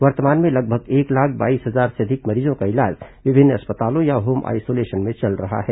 वर्तमान में लगभग एक लाख बाईस हजार से अधिक मरीजों का इलाज विभिन्न अस्पतालों या होम आइसोलेशन में चल रहा है